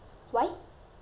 what you planning